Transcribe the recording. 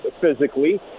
physically